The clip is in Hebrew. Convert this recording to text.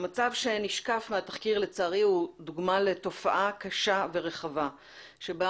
המצב שנשקף מהתחקיר לצערי הוא דוגמה לתופעה קשה ורחבה שבה